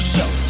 Show